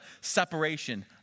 separation